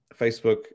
Facebook